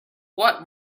what